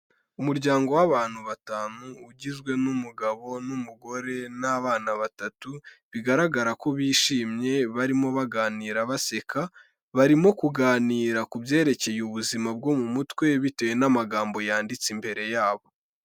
Umuryango w'abantu batanu ugizwe n'umugabo n'umugore n'abana batatu, bigaragara ko bishimye barimo baganira baseka, barimo kuganira ku byerekeye ubuzima bwo mu mutwe bitewe n'amagambo yanditse imbere yabo.